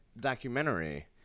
documentary